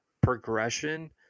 progression